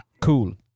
Cool